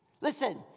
Listen